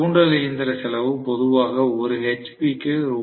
தூண்டல் இயந்திர செலவு பொதுவாக 1 ஹெச்பி க்கு ரூ